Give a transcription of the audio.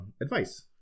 advice